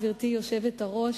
גברתי היושבת-ראש,